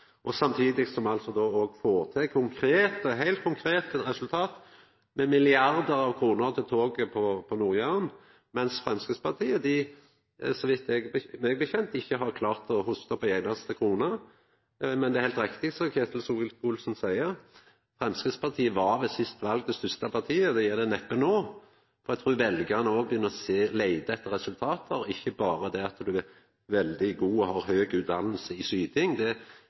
heilt konkrete resultat med milliardar av kroner til toget på Nord-Jæren – mens Framstegspartiet, så vidt eg veit, ikkje har klart å hosta opp ei einaste krone. Men det er heilt riktig som Ketil Solvik-Olsen seier: Framstegspartiet var ved det siste valet det største partiet. Det er det neppe no, for eg trur veljarane òg begynner å leite etter resultat. Det held ikkje berre å vera veldig god og ha høg utdanning i syting – det er